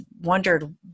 wondered